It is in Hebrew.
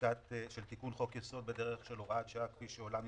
תיקון חוק-יסוד בדרך של הוראת שעה,